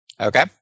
Okay